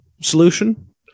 solution